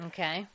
Okay